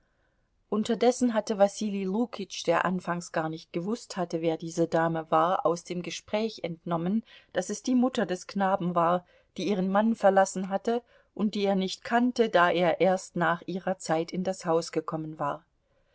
unterdessen hatte wasili lukitsch der anfangs gar nicht gewußt hatte wer diese dame war aus dem gespräch entnommen daß es die mutter des knaben war die ihren mann verlassen hatte und die er nicht kannte da er erst nach ihrer zeit in das haus gekommen war